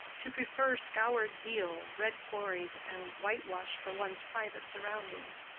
to prefer scoured deal, red quarries and whitewash for one's private surroundings,